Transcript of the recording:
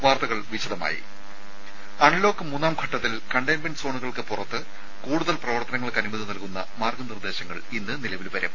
വാർത്തകൾ വിശദമായി അൺലോക്ക് മൂന്നാം ഘട്ടത്തിൽ കണ്ടെയ്ൻമെന്റ് സോണുകൾക്ക് പുറത്ത് കൂടുതൽ പ്രവർത്തനങ്ങൾക്ക് അനുമതി നൽകുന്ന മാർഗ്ഗ നിർദ്ദേശങ്ങൾ ഇന്ന് നിലവിൽ വരും